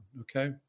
okay